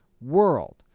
world